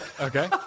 Okay